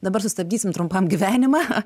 dabar sustabdysim trumpam gyvenimą